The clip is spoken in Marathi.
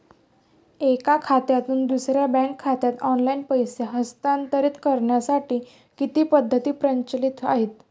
एका खात्यातून दुसऱ्या बँक खात्यात ऑनलाइन पैसे हस्तांतरित करण्यासाठी किती पद्धती प्रचलित आहेत?